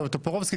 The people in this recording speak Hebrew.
טופורובסקי,